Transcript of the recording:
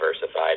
diversified